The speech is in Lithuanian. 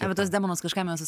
apie tuos demonus kažkam jau esu